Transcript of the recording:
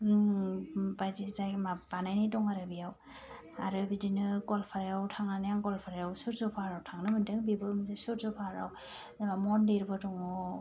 बायदि बानायनाय दं आरो बेयाव आरो बिदिनो गवालपारायाव थांनानै आं गवालपारायाव सुर्ज पाहाराव थांनो मोन्दों बेबो मोनसे सुर्ज पाहाराव मन्दिबो दङ